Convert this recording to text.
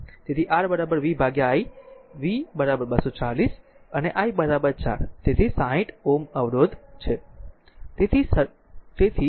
તેથી R v ભાગ્યા i v 240 અને i 4 તેથી 60 Ω અવરોધ છે